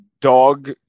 dog